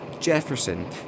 Jefferson